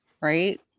right